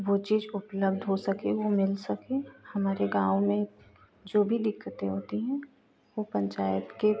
वह चीज़ उपलब्ध हो सके वह मिल सके हमारे गाँव में जो भी दिक्कतें होती हैं वह पंचायत के